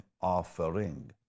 offering